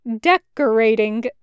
decorating